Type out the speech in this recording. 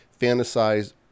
fantasize